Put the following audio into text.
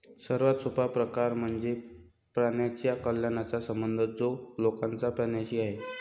सर्वात सोपा प्रकार म्हणजे प्राण्यांच्या कल्याणाचा संबंध जो लोकांचा प्राण्यांशी आहे